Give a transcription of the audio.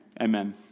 amen